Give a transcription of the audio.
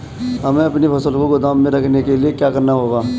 हमें अपनी फसल को गोदाम में रखने के लिये क्या करना होगा?